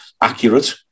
accurate